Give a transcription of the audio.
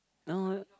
no